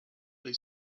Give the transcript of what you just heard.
they